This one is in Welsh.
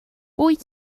wyt